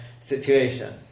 situation